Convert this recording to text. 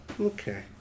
Okay